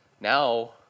now